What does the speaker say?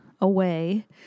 away